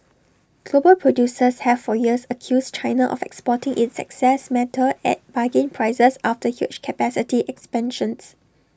global producers have for years accused China of exporting its excess metal at bargain prices after huge capacity expansions